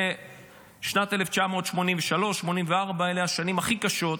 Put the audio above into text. בשנת 1983-1984, אלה השנים הכי קשות.